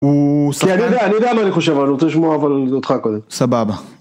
אני יודע, אני יודע מה אני חושב, אבל אני רוצה לשמוע אבל אותך קודם, סבבה.